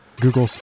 Google